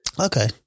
Okay